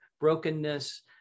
brokenness